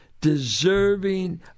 deserving